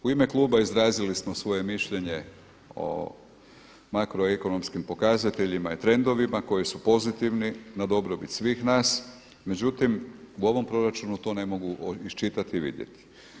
U ime kluba izrazili smo svoje mišljenje o makroekonomskim pokazateljima i trendovima koji su pozitivni na dobrobit svih nas, međutim u ovom proračunu to ne mogu iščitati i vidjeti.